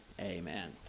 Amen